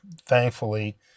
Thankfully